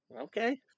Okay